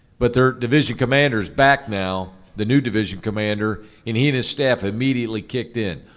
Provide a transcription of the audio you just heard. but their division commander's back now. the new division commander, and he and his staff immediately kicked in.